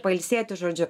pailsėti žodžiu